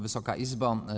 Wysoka Izbo!